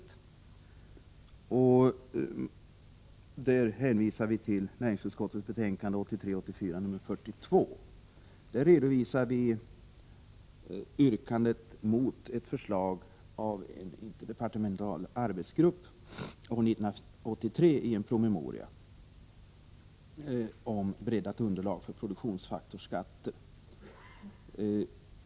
I fråga om detta hänvisar vi till näringsutskottets betänkande 1983/84:42. I detta betänkande redovisar vi ett yrkande mot ett förslag av en interdepartemental arbetsgrupp år 1983 i promemorian Breddat underlag för produktionsfaktorsskatter.